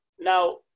Now